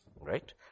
Right